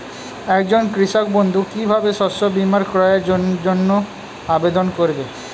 একজন কৃষক বন্ধু কিভাবে শস্য বীমার ক্রয়ের জন্যজন্য আবেদন করবে?